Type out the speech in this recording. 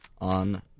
on